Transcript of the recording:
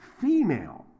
female